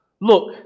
Look